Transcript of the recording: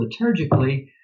liturgically